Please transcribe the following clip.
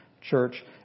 church